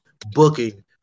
booking